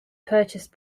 purchase